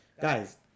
Guys